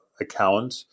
account